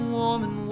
woman